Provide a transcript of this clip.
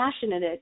passionate